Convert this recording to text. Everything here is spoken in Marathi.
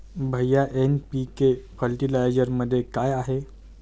भैय्या एन.पी.के फर्टिलायझरमध्ये काय आहे?